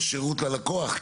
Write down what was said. זה שירות ללקוח?